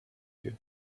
you